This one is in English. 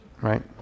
Right